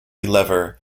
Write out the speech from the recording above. lever